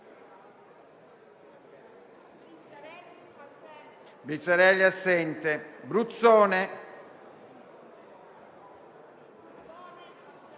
Bruzzone,